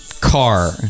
car